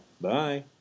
bye